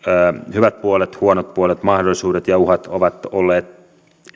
hyvät puolet huonot puolet mahdollisuudet ja uhat ovat olleet